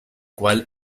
cual